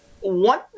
one